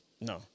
No